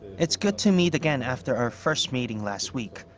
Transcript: it's good to meet again after our first meeting last week,